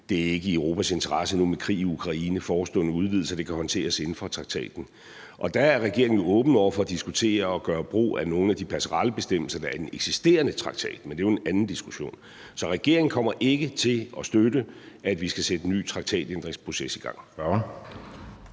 det er ikke i Europas interesse nu med krig i Ukraine og forestående udvidelser, og det kan håndteres inden for traktaten. Der er regeringen jo åben over for at diskutere og gøre brug af nogle af de passerellebestemmelser, der er i den eksisterende traktat, men det er jo en anden diskussion. Så regeringen kommer ikke til at støtte, at vi skal sætte en ny traktatændringsproces i gang.